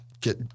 get